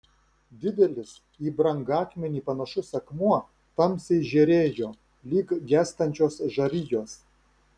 didelis į brangakmenį panašus akmuo tamsiai žėrėjo lyg gęstančios žarijos